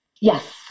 yes